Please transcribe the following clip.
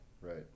Right